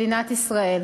מדינת ישראל.